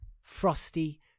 frosty